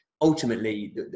ultimately